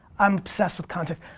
i'm obsessed with context.